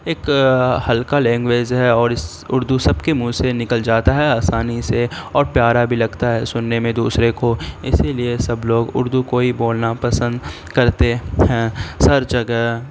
ایک ہلکا لینگویج ہے اور اس اردو سب کے منہ سے نکل جاتا ہے آسانی سے اور پیارا بھی لگتا ہے سننے میں دوسرے کو اسی لیے سب لوگ اردو کو ہی بولنا پسند کرتے ہیں ہر جگہ